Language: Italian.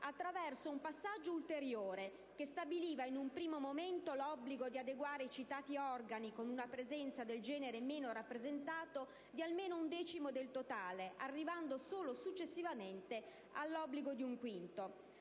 attraverso un passaggio ulteriore che stabiliva, in un primo momento, l'obbligo di adeguare i citati organi con una presenza del genere meno rappresentato di almeno un decimo del totale, arrivando solo successivamente all'obbligo di un quinto.